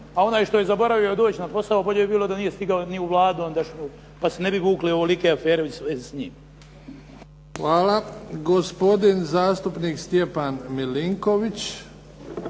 a onaj što je zaboravio doći na posao bolje bi stigao da nije stigao ni u Vladu ondašnju pa se ne bi vukle ovolike afere u svezi s njim. **Bebić, Luka (HDZ)** Hvala. Gospodin zastupnik Stjepan Milinković.